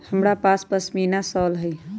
हमरा पास पशमीना शॉल हई